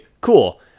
cool